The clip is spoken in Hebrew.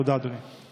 תודה, אדוני.